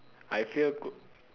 I fear gh~